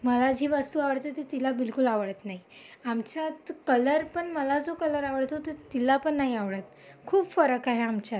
मला जी वस्तू आवडते ती तिला बिलकुल आवडत नाई आमच्यात कलरपण मला जो कलर आवडतो तो तिलापण नाही आवडत खूप फरक आहे आमच्यात